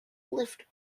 lift